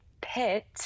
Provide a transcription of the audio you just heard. pit